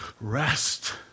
Rest